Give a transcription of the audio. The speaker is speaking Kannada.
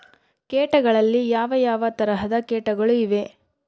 ಕೇಟಗಳಲ್ಲಿ ಯಾವ ಯಾವ ತರಹದ ಕೇಟಗಳು ಇವೆ?